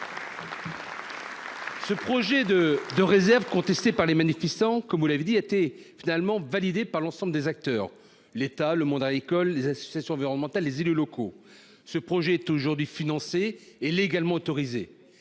Ce projet de de réserve, contesté par les manifestants, comme vous l'avez dit, était finalement validé par l'ensemble des acteurs : l'État, le monde à l'école, les associations environnementales, les élus locaux, ce projet est aujourd'hui financé et légalement autorisé,